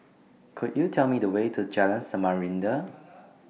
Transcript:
Could YOU Tell Me The Way to Jalan Samarinda